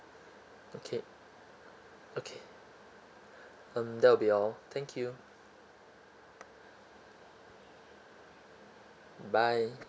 okay okay um that'll be all thank you bye